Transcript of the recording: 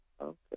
Okay